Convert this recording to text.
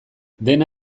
dena